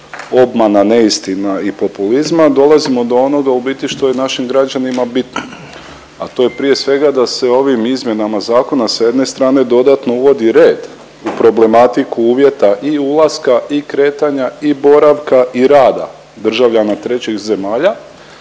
obmana, neistina i populizma, dolazimo do onoga u biti što je našim građanima bitno, a to je prije svega da se ovim izmjenama zakona s jedne strane dodatno uvodi red u problematiku uvjeta i ulaska i kretanja i boravka i rada državljana trećih zemalja,